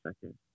second